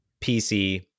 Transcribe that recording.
PC